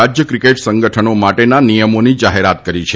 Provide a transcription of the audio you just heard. રાજ્ય ક્રિકેટ સંગઠનો માટેના નિયમોની જાહેરાત કરી છે